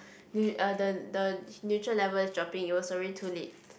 neu~ uh the the neutral level is dropping it was already too late